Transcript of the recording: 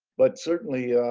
but certainly,